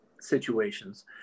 situations